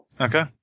Okay